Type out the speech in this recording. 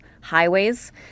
highways